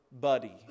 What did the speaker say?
buddy